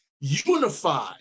unified